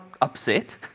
upset